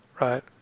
right